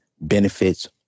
benefits